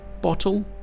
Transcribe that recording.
bottle